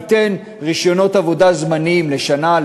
ניתן רישיונות עבודה זמניים לשנה,